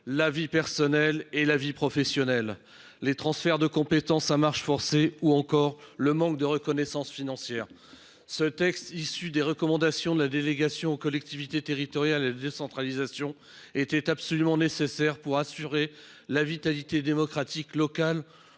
vie personnelle et vie professionnelle, par les transferts de compétences à marche forcée ou encore par le manque de reconnaissance financière. Ce texte issu des recommandations de la délégation sénatoriale aux collectivités territoriales et à la décentralisation est absolument nécessaire pour garantir la vitalité démocratique locale